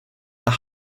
are